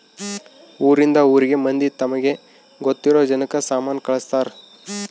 ಊರಿಂದ ಊರಿಗೆ ಮಂದಿ ತಮಗೆ ಗೊತ್ತಿರೊ ಜನಕ್ಕ ಸಾಮನ ಕಳ್ಸ್ತರ್